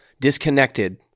disconnected